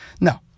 No